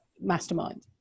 mastermind